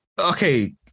Okay